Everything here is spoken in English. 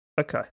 Okay